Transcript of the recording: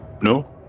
no